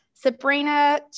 Sabrina